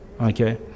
Okay